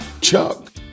Chuck